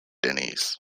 denys